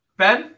ben